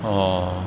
orh